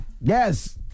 Yes